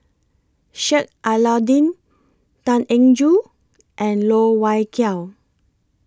Sheik Alau'ddin Tan Eng Joo and Loh Wai Kiew